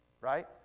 Right